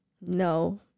No